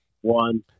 One